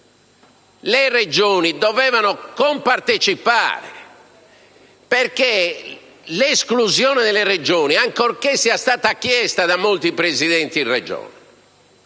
le Regioni dovevano compartecipare, perché l'esclusione delle Regioni, ancorché sia stata chiesta da molti Presidenti di Regione,